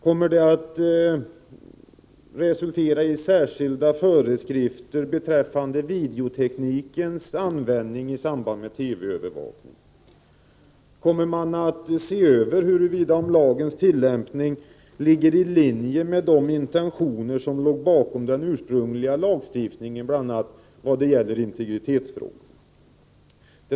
Kommer beredningen att resultera i särskilda föreskrifter beträffande videoteknikens användning i samband med TV-övervakning? Kommer man att se över huruvida lagens tillämpning ligger i linje med de intentioner som låg bakom den ursprungliga lagstiftningen bl.a. när det gällde integritetsfrågor?